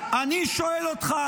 אני שואל אותך,